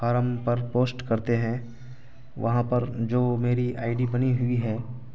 form پر post کرتے ہیں وہاں پر جو میری آئی ڈی بنی ہوئی ہے